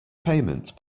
payment